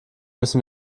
müssen